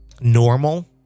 normal